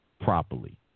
properly